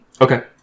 Okay